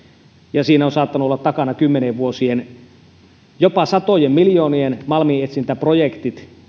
ja siinä on saattanut olla takana kymmenien vuosien ja jopa satojen miljoonien malminetsintäprojektit